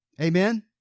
Amen